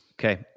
Okay